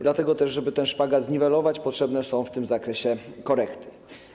Dlatego też, żeby ten szpagat zlikwidować, potrzebne są w tym zakresie korekty.